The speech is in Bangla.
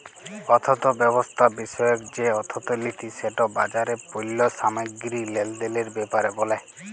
অথ্থব্যবস্থা বিষয়ক যে অথ্থলিতি সেট বাজারে পল্য সামগ্গিরি লেলদেলের ব্যাপারে ব্যলে